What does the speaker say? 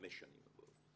בחמש שנים הבאות.